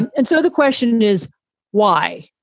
and and so the question is why?